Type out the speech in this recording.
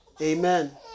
Amen